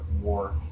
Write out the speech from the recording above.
war